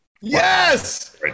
Yes